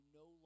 no